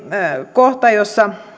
kohta jossa